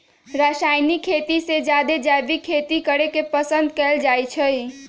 रासायनिक खेती से जादे जैविक खेती करे के पसंद कएल जाई छई